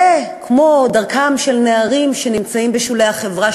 וכמו דרכם של נערים שנמצאים בשולי החברה,